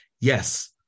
Yes